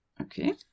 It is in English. Okay